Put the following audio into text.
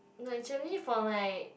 no actually for like